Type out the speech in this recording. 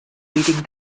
reading